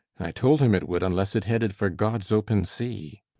i told him it would unless it headed for god's open sea.